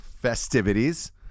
festivities